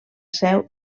seu